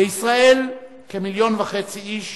בישראל כמיליון וחצי איש